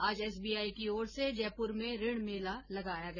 आज एसबीआई की ओर से जयपुर में ऋण मेला लगाया गया